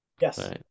yes